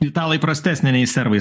italai prastesnė nei serbai